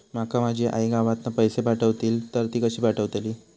माका माझी आई गावातना पैसे पाठवतीला तर ती कशी पाठवतली?